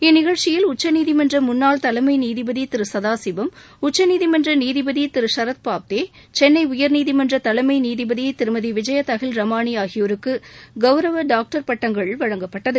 இந்நிகழ்ச்சியில் உச்சநீதிமன்ற முன்னாள் தலைமை நீதிபதி திரு சதாசிவம் உச்சநீதிமன்ற நீதிபதி திரு ஷரத் பாப்டே சென்னை உயர்நீதிமன்ற தலைமை நீதிபதி திருமதி விஜய தஹிலரமணி ஆகியோருக்கு கௌரவ டாக்டர் பட்டங்கள் வழங்கப்பட்டன